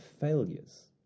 failures